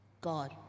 god